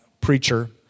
preacher